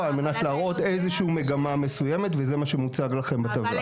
על מנת להראות איזושהי מגמה מסוימת וזה מה שמוצג לכם בטבלה.